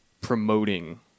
promoting